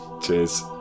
cheers